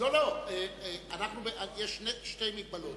יש שתי מגבלות,